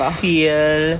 feel